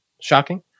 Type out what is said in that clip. shocking